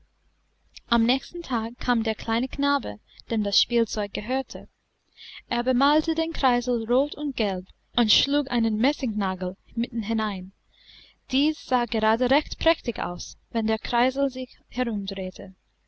am nächsten tage kam der kleine knabe dem das spielzeug gehörte er bemalte den kreisel rot und gelb und schlug einen messingnagel mitten hinein dies sah gerade recht prächtig aus wenn der kreisel sich